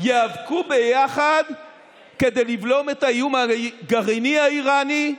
ייאבקו ביחד כדי לבלום את האיום הגרעיני האיראני,